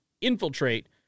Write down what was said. infiltrate